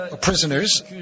prisoners